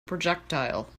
projectile